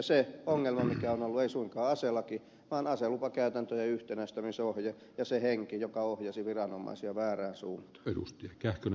se ongelma mikä on ollut ei ole suinkaan aselaki vaan aselupakäytäntöjen yhtenäistämisohje ja se henki joka ohjasi viranomaisia väärään suuntaan